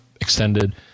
extended